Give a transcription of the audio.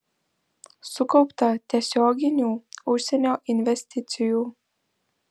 sukaupta tiesioginių užsienio investicijų